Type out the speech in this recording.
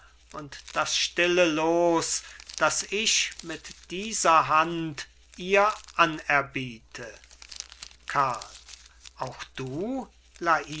und das stille los das ich mit dieser hand ihr anerbiete karl auch du